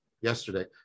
yesterday